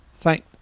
Thank